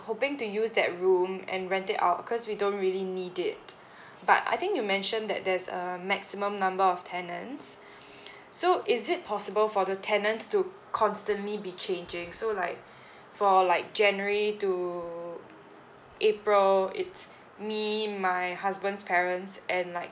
hoping to use that room and rent it out cause we don't really need it but I think you mentioned that there's a maximum number of tenants so is it possible for the tenants to constantly be changing so like for like january to april it's me my husband's parents and like